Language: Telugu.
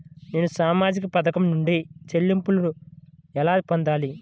నేను సామాజిక పథకం నుండి చెల్లింపును ఎలా పొందాలి?